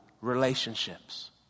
relationships